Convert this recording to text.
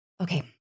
Okay